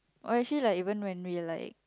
or actually like even when we like